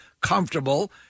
comfortable